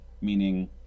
meaning